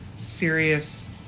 serious